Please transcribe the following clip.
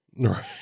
right